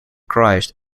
christ